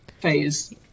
phase